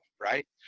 right